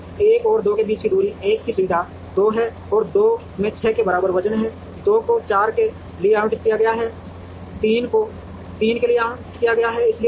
तो 1 और 2 के बीच की दूरी 1 की सुविधा 2 है और 3 में 6 के बराबर वजन है 2 को 4 के लिए आवंटित किया गया है 3 को 3 को आवंटित किया गया है